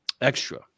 extra